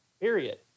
period